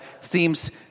seems